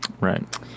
Right